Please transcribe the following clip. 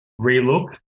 relook